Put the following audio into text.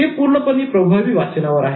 हे पूर्णपणे प्रभावी वाचनावर आहे